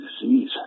disease